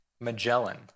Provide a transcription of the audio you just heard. Magellan